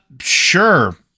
sure